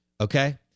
Okay